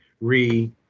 re